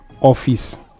office